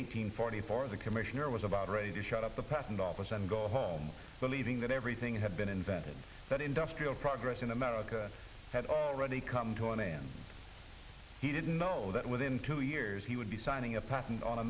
forty four the commissioner was about ready to shut up the patent office and go home believing that everything had been invented that industrial progress in america had already come to an end he didn't know that within two years he would be signing a patent on a